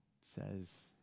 says